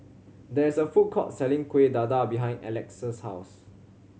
there is a food court selling Kuih Dadar behind Alex's house